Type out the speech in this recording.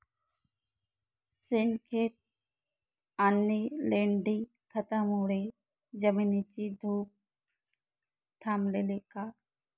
शेणखत आणि लेंडी खतांमुळे जमिनीची धूप थांबेल का?